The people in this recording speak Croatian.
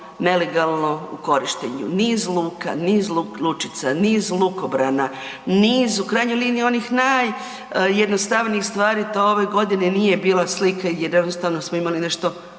nelegalno u korištenju. Niz luka, niz lučica, niz lukobrana, niz, u krajnjoj liniji onih najjednostavnijih stvari, to ove godine nije bila slika jer jednostavno smo imali nešto